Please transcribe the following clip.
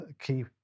key